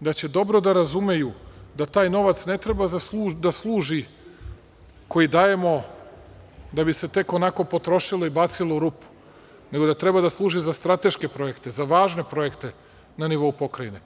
da će dobro da razumeju da taj novac ne treba da služi koji dajemo, da bi se tek onako, potrošilo i bacilo u rupu, nego da treba da služi za strateške projekte, za važne projekte na nivou pokrajine.